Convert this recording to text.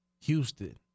Houston